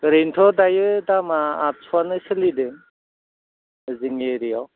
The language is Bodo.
ओरैनोथ' दायो दामआ आतस'आनो सोलिदों जोंनि एरियाआव